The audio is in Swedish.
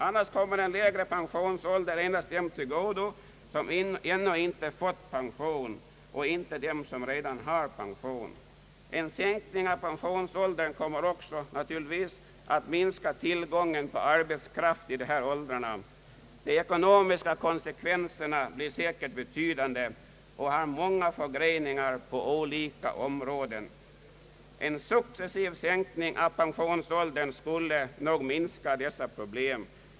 Annars kommer den lägre pensionsåldern endast dem till godo som ännu inte fått pension och inte till dem som redan har pension. En sänkning av pensionsåldern kommer också att minska tillgången på arbetskraft i dessa åldrar. De ekonomiska konsekvenserna blir säkert betydande och har många förgreningar på olika områden. En successiv sänkning av pensionsåldern skulle nog minska dessa problem.